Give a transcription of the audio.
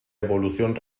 evolución